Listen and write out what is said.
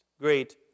great